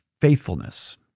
Faithfulness